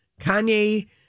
Kanye